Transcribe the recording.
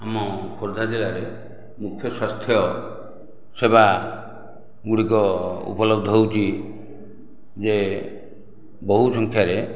ଆମ ଖୋର୍ଦ୍ଧା ଜିଲ୍ଲାରେ ମୁଖ୍ୟ ସ୍ୱାସ୍ଥ୍ୟ ସେବା ଗୁଡ଼ିକ ଉପଲବ୍ଧ ହେଉଛି ଯେ ବହୁ ସଂଖ୍ୟାରେ